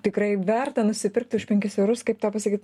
tikrai verta nusipirkti už penkis eurus kaip tą pasakyt